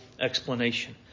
explanation